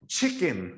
chicken